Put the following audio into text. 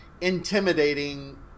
intimidating